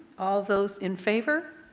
all those in favor?